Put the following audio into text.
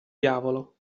diavolo